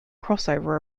crossover